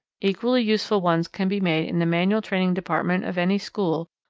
equally useful ones can be made in the manual training department of any school,